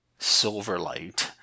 Silverlight